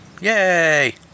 Yay